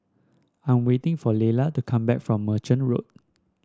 I am waiting for Lelah to come back from Merchant Road